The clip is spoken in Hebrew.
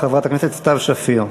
חברת הכנסת סתיו שפיר.